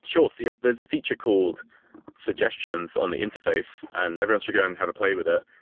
sure. so yeah there's a feature called suggestions on the interface, and everyone should go and have a play with it.